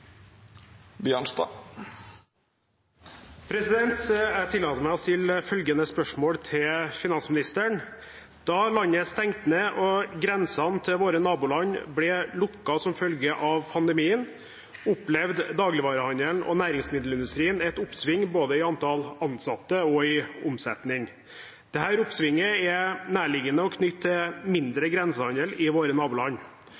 finansministeren. Jeg tillater meg å stille følgende spørsmål til finansministeren: «Da landet stengte ned, og grensene til våre naboland ble lukket som følge av pandemien, opplevde dagligvarehandelen og næringsmiddelindustrien et oppsving både i antall ansatte og i omsetning. Dette oppsvinget er nærliggende å knytte til